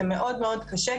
זה מאוד מאוד קשה,